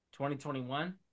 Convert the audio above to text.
2021